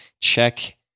Check